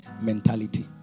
mentality